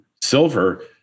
silver